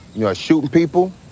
you know, shooting people,